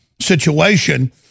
situation